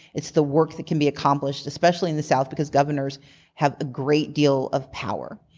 it's the work that can be accomplished, especially in the south because governors have a great deal of power.